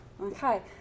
Okay